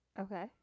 Okay